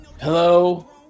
Hello